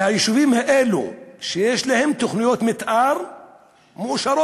שהיישובים האלו, שיש להם תוכניות מתאר מאושרות,